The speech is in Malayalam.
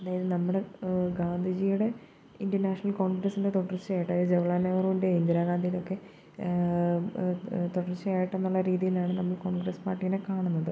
അതായത് നമ്മുടെ ഗാന്ധിജിയുടെ ഇന്ത്യൻ നാഷണൽ കോൺഗ്രസ്സിൻ്റെ തുടർച്ചയായിട്ട് അതായത് ജവഹർ ലാൽ നെഹ്രുവിൻ്റെ ഇന്ദിരാഗാന്ധിയുടെയൊക്കെ തുടർച്ചയായിട്ടെന്നുള്ള രീതിയിലാണ് നമ്മൾ കോൺഗ്രസ്സ് പാർട്ടീനെ കാണുന്നത്